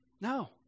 No